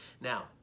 Now